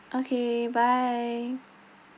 okay bye